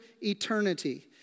eternity